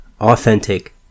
Authentic